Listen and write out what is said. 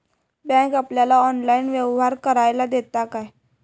Bank आपल्याला online व्यवहार करायला देता काय?